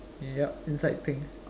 yup inside pink